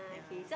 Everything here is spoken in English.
yeah